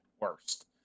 worst